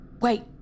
Wait